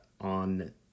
on